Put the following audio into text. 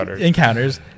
encounters